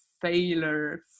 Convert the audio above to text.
failure